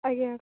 ଆଜ୍ଞା